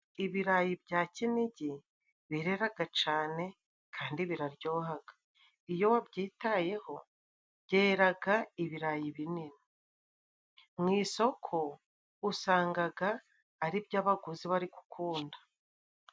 Ibirayi bya kinigi bireraga cane kandi biraryoha. Iyo wabyitayeho byeraga ibirayi binini. Mu isoko usangaga aribyo abaguzi bari gukunda.